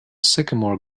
sycamore